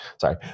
Sorry